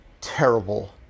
terrible